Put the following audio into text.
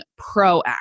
proactive